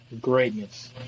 Greatness